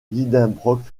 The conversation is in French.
lidenbrock